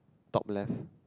top left